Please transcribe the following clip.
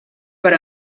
per